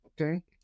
Okay